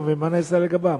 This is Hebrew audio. מה נעשה לגביהם?